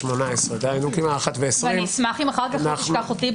אני אשמח אם אחר כך לא תשכח אותי.